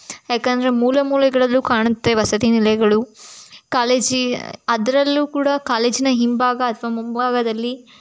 ಯಾಕಂದರೆ ಮೂಲೆ ಮೂಲೆಗಳಲ್ಲೂ ಕಾಣುತ್ತೆ ವಸತಿನಿಲಯಗಳು ಕಾಲೇಜಿ ಅದರಲ್ಲೂ ಕೂಡ ಕಾಲೇಜಿನ ಹಿಂಭಾಗ ಅಥವಾ ಮುಂಭಾಗದಲ್ಲಿ